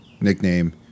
nickname